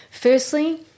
Firstly